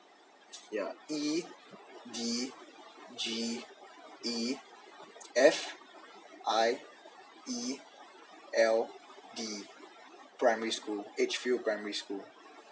yeah e d g e f i e l d primary school edge field primary school